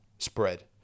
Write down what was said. Spread